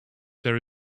there